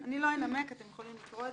אני לא אנמק, אתם יכולים לקרוא,